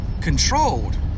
controlled